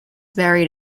buried